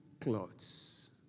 clothes